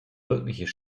wirkliches